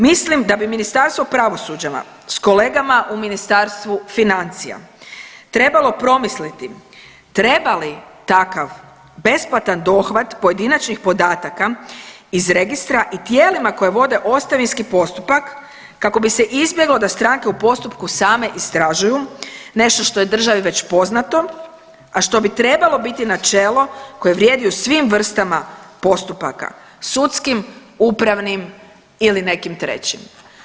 Mislim da bi Ministarstvo pravosuđa s kolegama u Ministarstvu financija trebalo promisliti treba li takav besplatan dohvat pojedinačnih podataka iz registra i tijelima koja vode ostavinski postupak kako bi se izbjeglo da stranke u postupku same istražuju nešto što je državi već poznato, a što bi trebalo biti načelo koje vrijedi u svim vrstama postupaka, sudskim, upravnim ili nekim trećim.